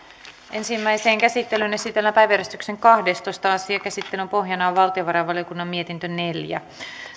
ensimmäiseen käsittelyyn esitellään päiväjärjestyksen kahdestoista asia käsittelyn pohjana on valtiovarainvaliokunnan mietintö neljä